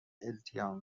التیام